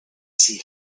see